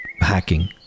hacking